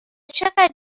چقدر